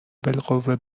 بالقوه